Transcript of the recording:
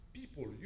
people